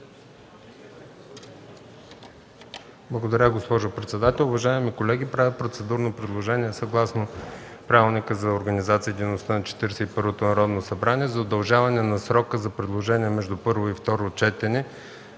Благодаря, госпожо председател. Уважаеми колеги, правя процедурно предложение съгласно Правилника за организацията и дейността на Четиридесет и първото Народно събрание за удължаване срока за предложения между първо и второ четене